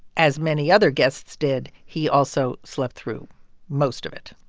as many other guests did. he also slept through most of it.